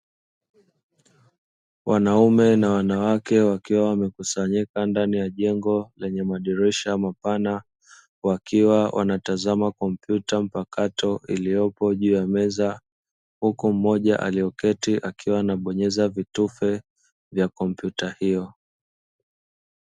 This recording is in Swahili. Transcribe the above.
Wanaume na wanawake wakiwa wamekusanyika ndani ya jengo lenye madirisha mapana wakiwa wanatazama kompyuta mpakato iliyopo juu ya meza, huku mmoja aliyeketi akiwa anabonyeza vitufe vya kompyuta hiyo.